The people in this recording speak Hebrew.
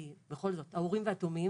בכל זאת מפי האורים והתומים,